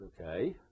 okay